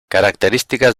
características